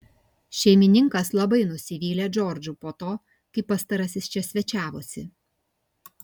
šeimininkas labai nusivylė džordžu po to kai pastarasis čia svečiavosi